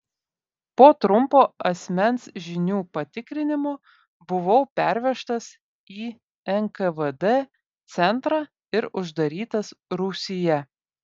po trumpo asmens žinių patikrinimo buvau pervežtas į nkvd centrą ir uždarytas rūsyje